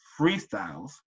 freestyles